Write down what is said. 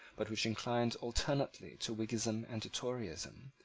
but which inclines alternately to whiggism and to toryism,